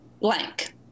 blank